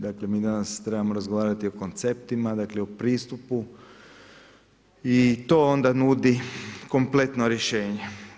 Dakle, mi danas trebamo razgovarati o konceptima, dakle o pristupu i to onda nudi kompletno rješenje.